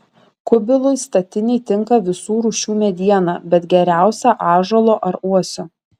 kubilui statinei tinka visų rūšių mediena bet geriausia ąžuolo ar uosio